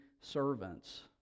servants